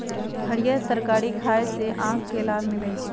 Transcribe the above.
हरीयर तरकारी खाय से आँख के लाभ मिलइ छै